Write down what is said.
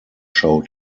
show